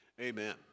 Amen